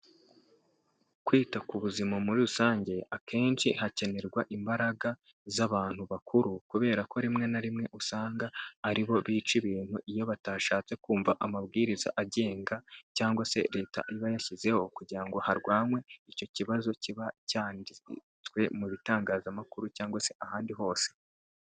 Kwita ku buzima muri rusange akenshi hakenerwa imbaraga z'abantu bakuru kubera ko rimwe na rimwe usanga aribo bica ibintu iyo batashatse kumva amabwiriza agenga cyangwa se leta iba yashyizeho kugira ngo harwanywe icyo kibazo kiba cyanditswe mu bitangazamakuru cyangwa se ahandi hose.